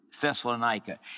Thessalonica